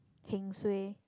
heng suay